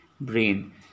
brain